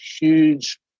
huge